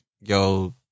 Yo